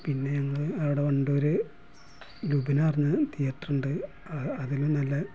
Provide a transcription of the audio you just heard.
പിന്നെ ഞങ്ങൾ അവിടെ വണ്ടൂർ ലുബ്ന പറഞ്ഞ തിയേറ്റർ ഉണ്ട് അതിന് നല്ല